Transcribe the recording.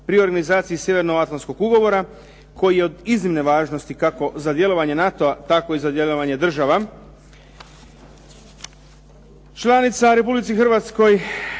pri organizaciji Sjevernoatlantskog ugovora koji je od iznimne važnosti kako za djelovanje NATO-a tako i za djelovanje država